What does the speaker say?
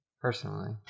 personally